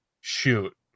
shoot